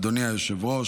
אדוני היושב-ראש,